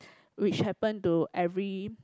which happen to every